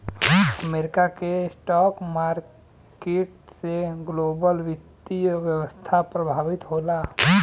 America के stock market से global वित्तीय व्यवस्था प्रभावित होला